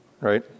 right